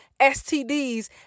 STDs